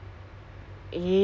my